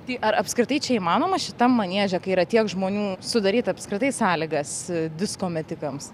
tai ar apskritai čia įmanoma šitam manieže kai yra tiek žmonių sudaryt apskritai sąlygas disko metikams